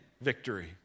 victory